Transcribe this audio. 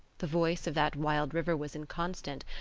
the voice of that wild river was inconstant,